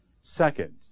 Second